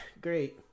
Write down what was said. Great